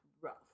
rough